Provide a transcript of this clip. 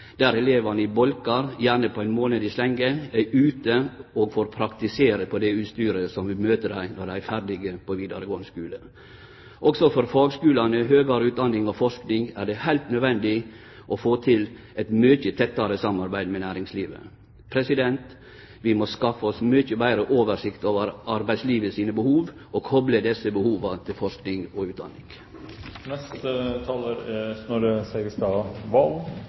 der elevane i bolkar, gjerne ein månad i slengen, er ute og får praktisere på det utstyret som vil møte dei når dei er ferdige på vidaregåande skule. Også for fagskulane, høgare utdanning og forsking er det heilt nødvendig å få til eit mykje tettare samarbeid med næringslivet. Vi må skaffe oss mykje betre oversikt over arbeidslivet sine behov og kople desse behova både til forsking og utdanning. Dette er